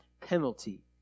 penalty